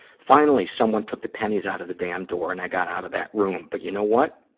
finally, someone took the pennies out of the damn door and i got out of that room. but, you know what?